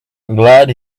glad